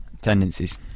tendencies